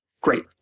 Great